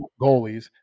goalies